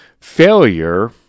failure